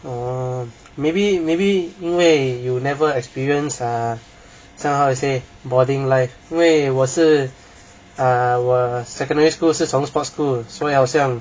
err maybe maybe 因为 you never experience err somehow I say boarding life 因为我是 err 我 secondary school 是从 sports school 所以好像